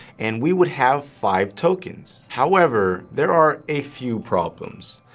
and we would have five tokens. however there are a few problems.